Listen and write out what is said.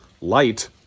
Light